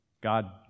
God